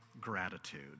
gratitude